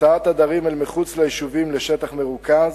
הוצאת עדרים אל מחוץ ליישובים לשטח מרוכז,